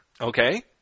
Okay